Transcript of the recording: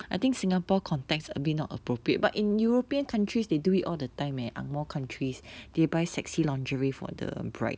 I think singapore context a bit not appropriate but in european countries they do it all the time eh ang moh countries they buy sexy lingerie for the bride